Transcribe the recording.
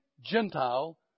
Gentile